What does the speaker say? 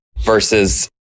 versus